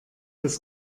des